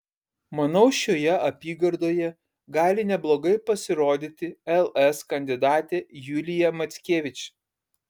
manau šioje apygardoje gali neblogai pasirodyti ls kandidatė julija mackevič